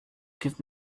give